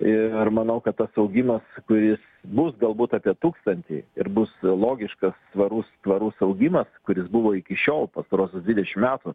ir manau kad tas augimas kuris bus galbūt apie tūkstantį ir bus logiškas tvarus tvarus augimas kuris buvo iki šiol pastaruosius dvidešimt metų